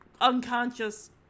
unconscious